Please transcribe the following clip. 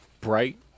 bright